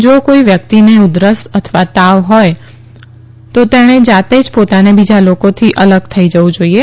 જો કોઈ વ્યક્તિને ઉધરસ તથા તાવ હોય તો તેણે જાતે જ પોતાને બીજા લોકોથી અલગ થઈ જવું જોઈએ